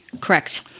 Correct